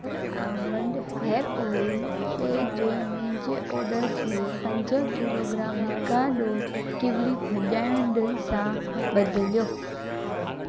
र almond hair oil शइ जे मुंहिंजे ऑडर खे पंज किलोग्राम मिकाडोस किविली भजा॒इदड़ सां बदिलियो